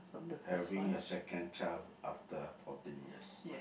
having a second child after fourteen years